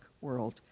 world